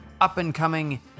up-and-coming